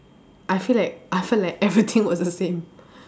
I feel like I felt like everything was the same